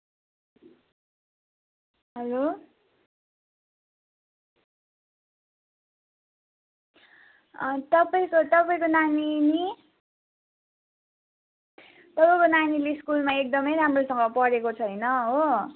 hello तपाईँको नानी नि तपाईँको नानीले स्कुलमा एकदमै राम्रोसँग पढेको छैन हो